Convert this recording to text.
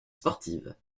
sportives